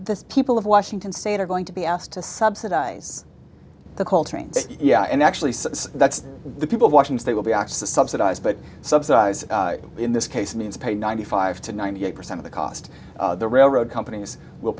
the people of washington state are going to be asked to subsidize the coal trains yeah and actually since that's the people watching it they will be back to subsidize but subsidize in this case means pay ninety five to ninety eight percent of the cost of the railroad companies will